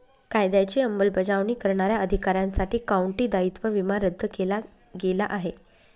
कायद्याची अंमलबजावणी करणाऱ्या अधिकाऱ्यांसाठी काउंटी दायित्व विमा रद्द केला गेला आहे